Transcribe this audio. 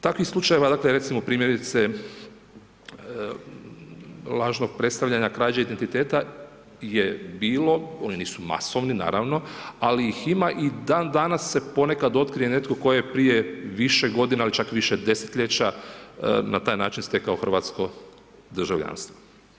Takvih slučajeva dakle recimo primjerice lažnog predstavljanja krađe identiteta je bilo, one nisu masovne, naravno, ali ih ima i dan danas se ponekad otkrije netko tko je prije više godina ili čak više desetljeća na taj način stekao hrvatsko državljanstvo.